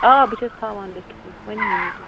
آ بہٕ چھیٚس تھاوان لیٚکھِتھ یہِ ونِو ؤنِو تُہۍ